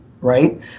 Right